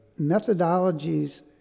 methodologies